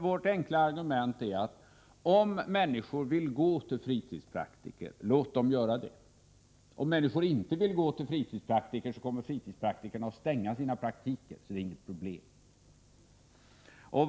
Vårt enkla argument är att om människor vill gå till fritidspraktiker, låt dem göra det. Om människor inte vill gå till fritidspraktiker, kommer fritidspraktikerna att stänga sina praktiker, så det är inget problem.